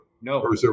no